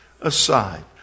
aside